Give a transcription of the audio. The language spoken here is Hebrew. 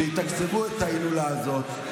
שיתקצבו את ההילולה הזאת,